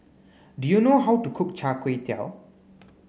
Do you know how to cook Char Kway Teow